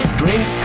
drink